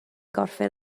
gorffen